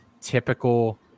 typical